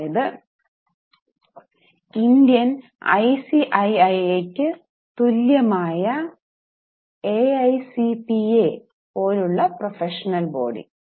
അതായത് ഇന്ത്യൻ ഐസിഐഐക്ക് തുല്യമായ എഐസിപിഎ പോലുള്ള പ്രൊഫഷണൽ ബോഡി